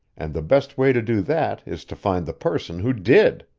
and the best way to do that is to find the person who did.